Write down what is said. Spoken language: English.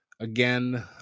Again